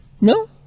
no